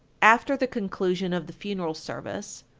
after the conclusion of the funeral service,